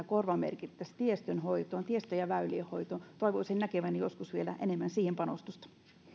korvamerkittäisiin tiestön ja väylien hoitoon toivoisin näkeväni joskus vielä enemmän siihen panostusta